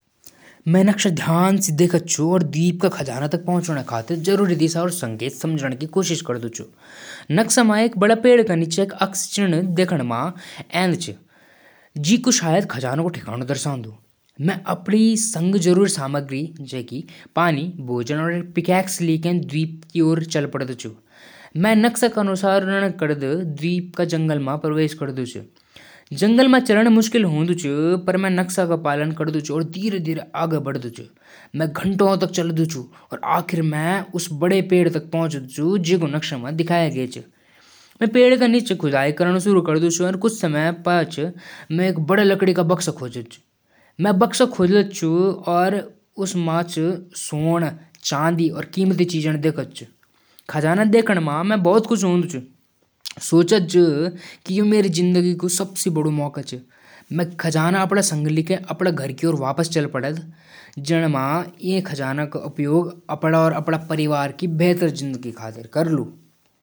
पहले बच्चे क छोटे पहिये वाली साइकिल चलाण स सिखाण शुरू करदु। उसे संतुलन बणाण म मदद करदु। सुरक्षित जगह, जैसाकु मैदान, म अभ्यास करादु। धीरे-धीरे छोटे पहिये हटादु और बच्चे क हौसला बढ़ादु।